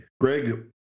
Greg